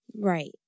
Right